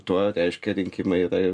tuo reiškia rinkimai yra ir